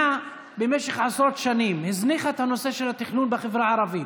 במשך עשרות שנים המדינה הזניחה את הנושא של התכנון בחברה הערבית.